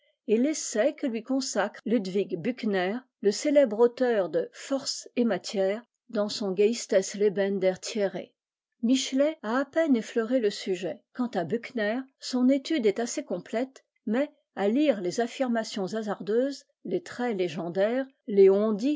et l'essai que lui consacre ludwig buchner le célèbre auteur de force et matière dans son geistes leben der thiere michelet a à peine effleuré le sujet quant à buchner son étude est assez complète mais à lire les affirmations hasardeuses les traits légendaires les